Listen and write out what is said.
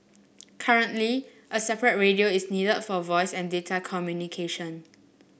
currently a separate radio is needed for voice and data communication